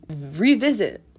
revisit